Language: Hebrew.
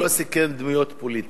הוא לא סיכן דמויות פוליטיות.